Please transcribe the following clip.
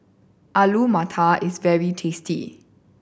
Alu Matar is very tasty